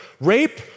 rape